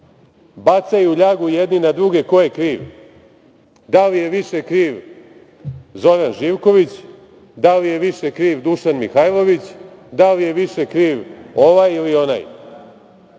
bacaju ljagu jedni na druge ko je kriv. Da li je više kriv Zoran Živković, da li je više kriv Dušan Mihajlović, da li je više kriv ovaj ili onaj